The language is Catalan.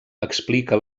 explica